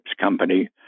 Company